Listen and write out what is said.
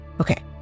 Okay